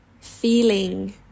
feeling